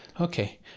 Okay